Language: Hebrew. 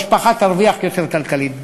המשפחה תרוויח יותר כלכלית.